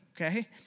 okay